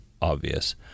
obvious